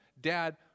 Dad